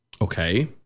Okay